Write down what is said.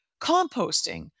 composting